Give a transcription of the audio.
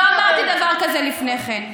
לא אמרתי דבר כזה לפני כן.